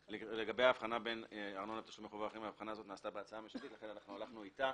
האבחנה הזאת נעשתה בהצעה הממשלתית ולכן הלכנו איתה.